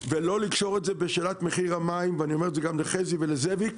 ולא לקשור את זה בשאלת מחיר המים ואני אומר את זה גם לחזי ולזאביק,